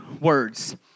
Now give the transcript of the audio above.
Words